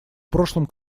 прошлом